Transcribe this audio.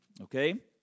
Okay